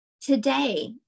today